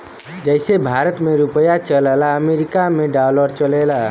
जइसे भारत मे रुपिया चलला अमरीका मे डॉलर चलेला